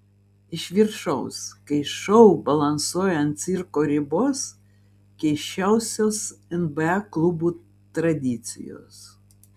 iš viršaus kai šou balansuoja ant cirko ribos keisčiausios nba klubų tradicijos